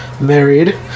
married